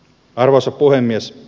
arvoisa puhemies